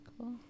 Cool